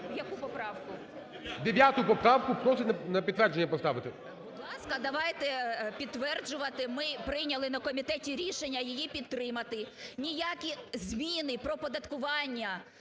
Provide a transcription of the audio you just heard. Яку поправку? ГОЛОВУЮЧИЙ. 9 поправку просять на підтвердження поставити. ЮЖАНІНА Н.П. Будь ласка, давайте підтверджувати. Ми прийняли на комітеті рішення її підтримати. Ніякі зміни про оподаткування,